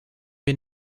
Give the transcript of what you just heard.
wir